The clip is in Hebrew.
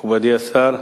מכובדי השר,